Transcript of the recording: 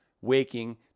waking